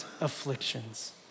afflictions